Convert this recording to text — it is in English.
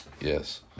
Yes